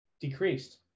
decreased